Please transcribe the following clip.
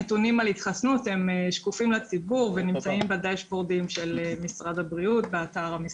הנתונים על ההתחסנות שקופים לציבור ונמצאים באתר של משרד הבריאות.